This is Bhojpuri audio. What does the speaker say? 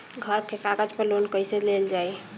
घर के कागज पर लोन कईसे लेल जाई?